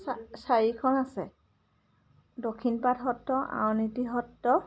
চা চাৰিখন আছে দক্ষিণপাট সত্ৰ আউনীআটী সত্ৰ